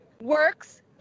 Works